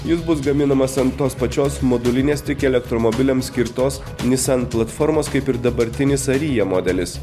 jis bus gaminamas ant tos pačios modulinės tik elektromobiliams skirtos nissan platformos kaip ir dabartinis aryja modelis